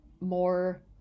more